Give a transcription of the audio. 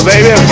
Baby